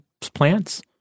plants